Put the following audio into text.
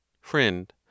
Friend